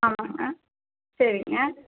ஆமாங்க சரிங்க